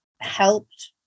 helped